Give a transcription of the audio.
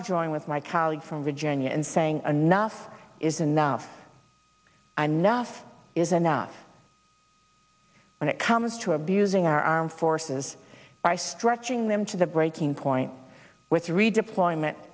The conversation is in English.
to join with my colleague from virginia and saying enough is enough i'm nuff is enough when it comes to abusing our armed forces by stretching them to the breaking point with redeployment